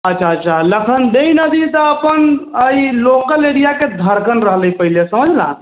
अच्छा अच्छा लखनदेइ नदी तऽ अपन एहि लोकल एरियाके धड़कन रहलै पहिने समझलह